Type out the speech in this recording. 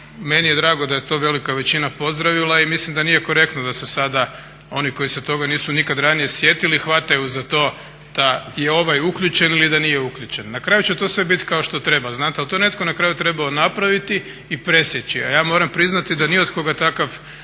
meni je drago da je to velika većina pozdravila i mislim da nije korektno da se sada oni koji se toga nisu nikada ranije sjetili hvataju za to da i ovaj uključen ili da nije uključen. Na kraju će to sve biti kao što treba znate, ali to je netko na kraju trebao napraviti i presjeći. A ja moramo priznati da ni od koga takav